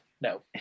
no